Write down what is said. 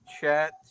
chat